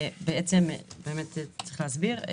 צריך להסביר,